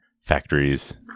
factories